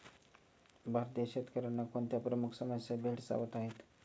भारतीय शेतकऱ्यांना कोणत्या प्रमुख समस्या भेडसावत आहेत?